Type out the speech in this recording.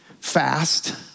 fast